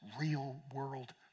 real-world